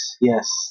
yes